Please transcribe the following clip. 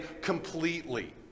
completely